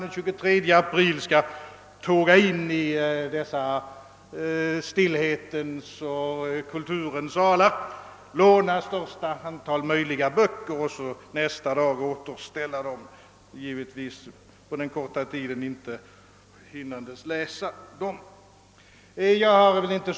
Den 23 april skall de tåga in i dessa stillhetens och kulturens salar och låna största möjliga antal böcker för att nästa dag återställa dem, givetvis utan att ha hunnit läsa dem på den korta tiden.